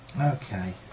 Okay